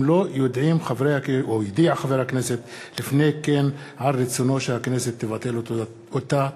אם לא יודיע חבר הכנסת לפני כן על רצונו שהכנסת תבטל אותה.